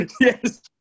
Yes